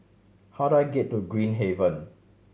how do I get to Green Haven